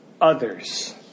others